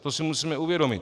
To si musíme uvědomit.